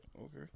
Okay